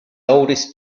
oldest